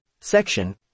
section